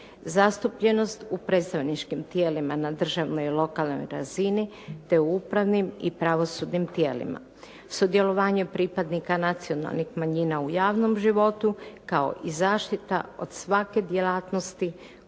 Zastupljenost u predstavničkim tijelima na državnoj i lokalnoj razini, te u upravnim i pravosudnim tijelima. Sudjelovanje pripadnika nacionalnih manjina u javnom životu kao i zaštita od svake djelatnosti